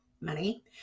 money